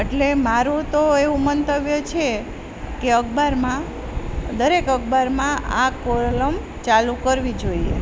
અટલે મારું તો એવું મંતવ્ય છે કે અખબારમાં દરેક અખબારમાં આ કૉલમ ચાલુ કરવી જોઈએ